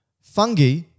fungi